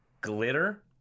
glitter